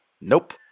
Nope